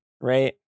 right